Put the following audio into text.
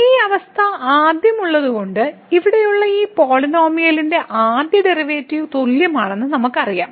ഈ അവസ്ഥ ആദ്യം ഉള്ളതുകൊണ്ട് ഇവിടെയുള്ള ഈ പോളിനോമിയലിന്റെ ആദ്യ ഡെറിവേറ്റീവ് തുല്യമാണെന്ന് നമുക്കറിയാം